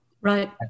Right